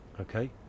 okay